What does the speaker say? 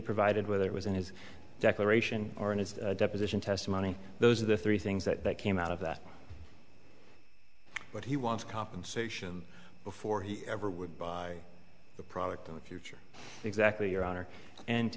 provided whether it was in his declaration or in his deposition testimony those are the three things that came out of that but he wants compensation before he ever would buy the product in the future exactly your honor and